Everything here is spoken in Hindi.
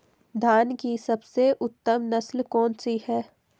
धान की सबसे उत्तम नस्ल कौन सी है?